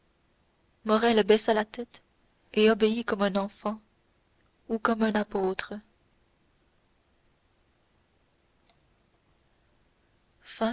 maximilien baissa la tête et obéit comme un enfant ou comme un apôtre